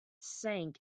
sank